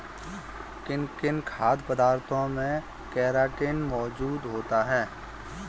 किन किन खाद्य पदार्थों में केराटिन मोजूद होता है?